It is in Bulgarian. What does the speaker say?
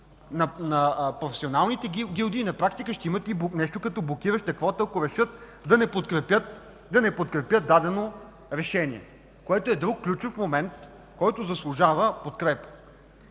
на професионалните гилдии, на практика ще имат и нещо като блокираща квота, ако решат да не подкрепят дадено решение, което е друг ключов момент, който заслужава подкрепа.